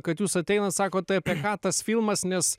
kad jūs ateinat sakot tai apie ką tas filmas nes